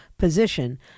position